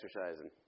exercising